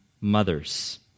mothers